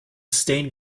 stained